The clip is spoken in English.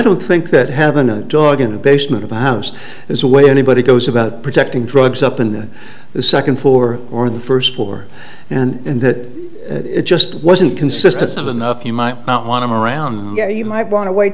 don't think that had been a dog in the basement of the house as a way anybody goes about protecting drugs up in the second four or the first floor and that it just wasn't consists of enough you might not want him around you might want to wait